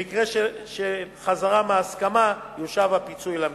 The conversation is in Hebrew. במקרה של חזרה מהסכמה יושב הפיצוי למדינה.